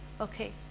Okay